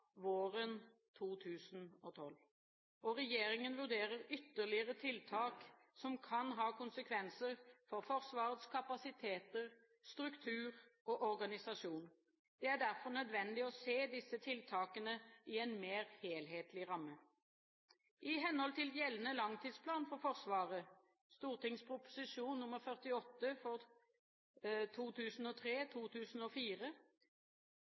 våren 2012. Regjeringen vurderer ytterligere tiltak som kan ha konsekvenser for Forsvarets kapasiteter, struktur og organisasjon. Det er derfor nødvendig å se disse tiltakene i en mer helhetlig ramme. I henhold til gjeldende langtidsplan for Forsvaret 2009–2012, St.prp. nr. 48 for